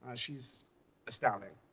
ah she's astounding.